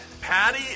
Patty